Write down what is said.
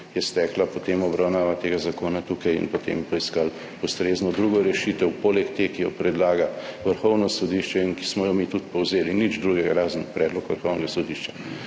je stekla potem obravnava tega zakona tukaj, in potem poiskali ustrezno drugo rešitev poleg te, ki jo predlaga Vrhovno sodišče in ki smo jo mi tudi povzeli, nič drugega, razen predlog Vrhovnega sodišča.